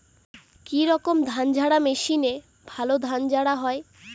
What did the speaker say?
কি রকম ধানঝাড়া মেশিনে ভালো ধান ঝাড়া হয়?